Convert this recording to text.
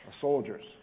soldiers